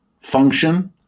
function